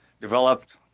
developed